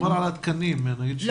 דובר על התקנים, חוץ ממקבולה נאסר.